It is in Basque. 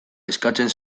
eskatzen